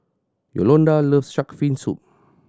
Yolonda loves Shark's Fin Soup